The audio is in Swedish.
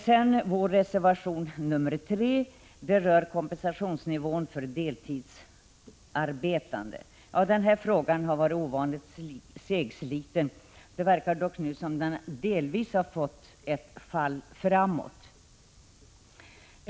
Så övergår jag till vår reservation nr 3 rörande kompensationsnivån för deltidsarbetande m.fl. Denna fråga har varit ovanligt segsliten — dock verkar det nu som om det delvis har blivit ett fall framåt.